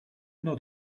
not